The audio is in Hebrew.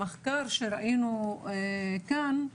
המחקר שראינו כאן,